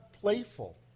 playful